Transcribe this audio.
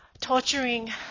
torturing